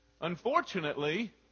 Unfortunately